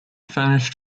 furnished